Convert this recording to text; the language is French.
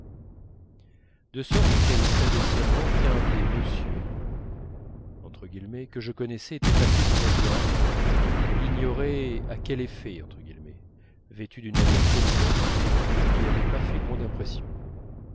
de sorte qu'elle savait seulement qu'un des monsieurs que je connaissais était passé pour me voir elle ignorait à quel effet vêtu d'une manière quelconque et qui ne lui avait pas fait grande impression